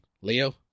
Leo